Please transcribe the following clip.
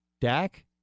Dak